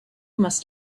must